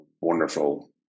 wonderful